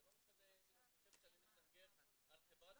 זה לא משנה אם את חושבת שאני מסנגר על חברת